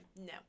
no